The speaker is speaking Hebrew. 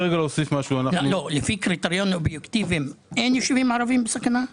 האם לפי הקריטריונים האובייקטיביים אין ישובים ערביים בסכנה?